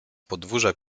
podwórze